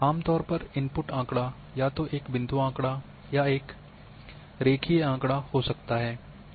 आम तौर पर इनपुट आँकड़ा या तो एक बिंदु आँकड़ा या एक लाइन आँकड़ा हो सकता है